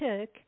took